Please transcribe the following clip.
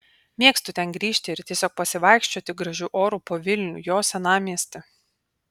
mėgstu ten grįžti ir tiesiog pasivaikščioti gražiu oru po vilnių jo senamiestį